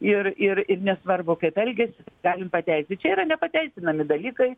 ir ir ir nesvarbu kaip elgiasi galim pateisint čia yra nepateisinami dalykai